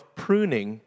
pruning